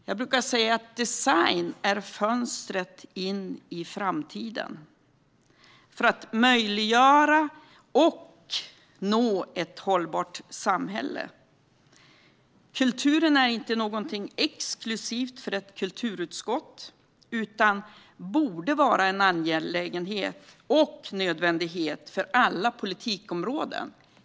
Jag brukar säga att design är fönstret in i framtiden för att möjliggöra och nå ett hållbart samhälle. Kulturen är inget exklusivt för ett kulturutskott utan borde vara en angelägenhet och nödvändighet för alla politikområden.